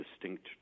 distinct